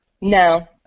No